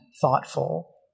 thoughtful